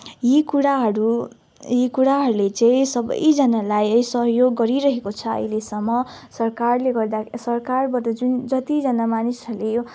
यी कुराहरू यी कुराहरूले चाहिँ सबैजनालाई है सहयोग गरिरहेको छ अहिलेसम्म सरकारले गर्दा सरकारबाट जुन जतिजना मानिसहरूले यो